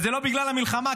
וזה לא בגלל המלחמה,